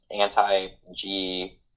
anti-G